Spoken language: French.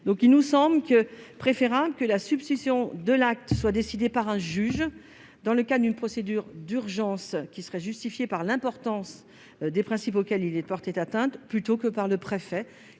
ainsi préférable que la suspension de l'acte soit décidée par un juge, dans le cadre d'une procédure d'urgence justifiée par l'importance des principes auxquels il est porté atteinte, plutôt que par le préfet.